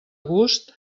gust